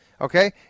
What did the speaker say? okay